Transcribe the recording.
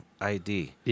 ID